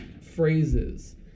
phrases